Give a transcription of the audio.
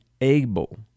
able